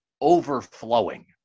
overflowing